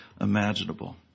imaginable